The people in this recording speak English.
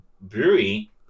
brewery